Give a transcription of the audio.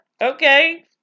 Okay